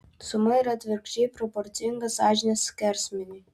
suma yra atvirkščiai proporcinga sąžinės skersmeniui